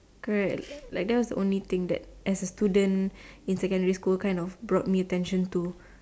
correct like that was the only thing that as a student in secondary school kind of brought me attention to